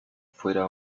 fuera